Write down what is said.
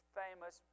famous